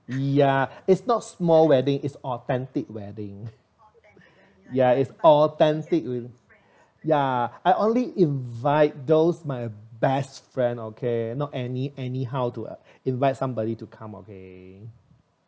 ya is not small wedding is authentic wedding ya is authentic in ya I only invite those my best friend okay not any anyhow to invite somebody to come okay